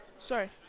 Sorry